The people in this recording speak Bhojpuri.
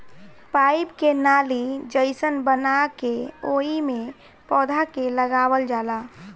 पाईप के नाली जइसन बना के ओइमे पौधा के लगावल जाला